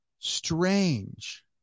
strange